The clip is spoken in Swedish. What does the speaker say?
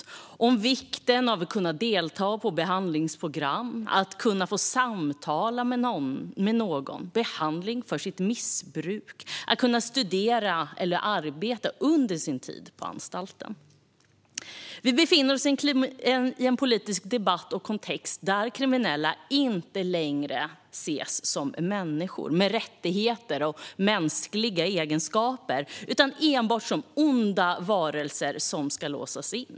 Ingenting om vikten av att kunna delta i ett behandlingsprogram, att kunna få samtala med någon, att få behandling för sitt missbruk, att kunna studera eller arbeta under sin tid på anstalten. Vi befinner oss i en politisk debatt och kontext där kriminella inte längre ska ses som människor med rättigheter och mänskliga egenskaper utan enbart som onda varelser som ska låsas in.